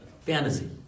fantasy